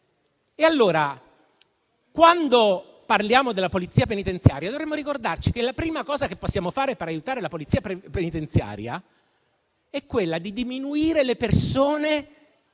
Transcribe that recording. Allora quando parliamo della Polizia penitenziaria, dovremmo ricordarci che la prima cosa che possiamo fare per aiutarla, è quella di diminuire le persone a